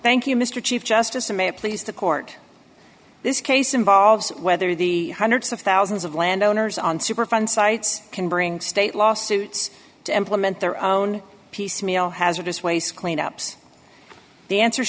thank you mr chief justice and may it please the court this case involves whether the hundreds of thousands of landowners on superfund sites can bring state lawsuits to implement their own piecemeal hazardous waste cleanups the answer